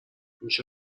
میشه